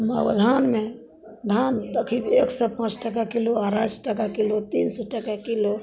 मगर धानमे धान देखी एक से पाँच टका किलो अढ़ाइ सए टका किलो तीन सए टका किलो